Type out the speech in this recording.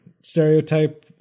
stereotype